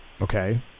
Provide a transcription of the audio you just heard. okay